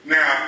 Now